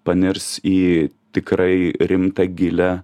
panirs į tikrai rimtą gilią